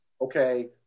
okay